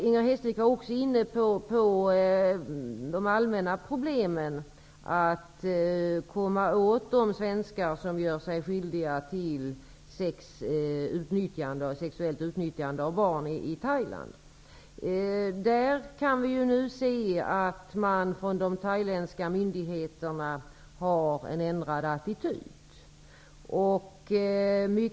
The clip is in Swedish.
Inger Hestvik var också inne på de allmänna problemen att komma åt de svenskar som gör sig skyldiga till sexuellt utnyttjande av barn i Thailand. Vi kan nu konstatera att de thailändska myndigheterna har förändrat sin attityd i den frågan.